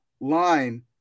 line